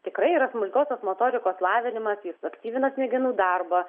tikrai yra smulkiosios motorikos lavinimas jis aktyvina smegenų darbą